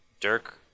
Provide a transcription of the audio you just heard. Dirk